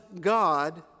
God